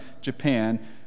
Japan